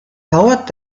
howard